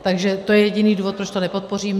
Takže to je jediný důvod, proč to nepodpořím.